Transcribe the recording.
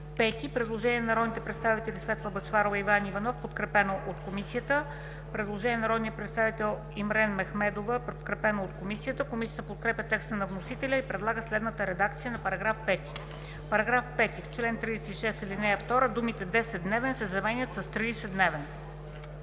5 има предложение от народните представители Светла Бъчварова и Иван Иванов, подкрепено от Комисията. Предложение от народния представител Имрен Мехмедова, подкрепено от Комисията. Комисията подкрепя текста на вносителя и предлага следната редакция на § 5: „§ 5 в чл. 36, ал. 2 думите „10-дневен” се заменят с „30-дневен”.